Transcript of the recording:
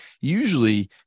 Usually